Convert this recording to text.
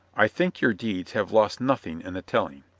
i think your deeds have lost nothing in the telling.